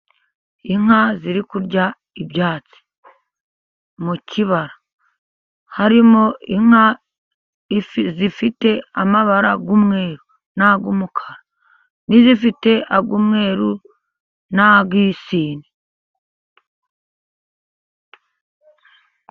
Inka ziri kurya ibyatsi mu kibara. Harimo inka zifite amabara y'umweru n'ayumukara, n'izifite ay'umweru n'ayisine.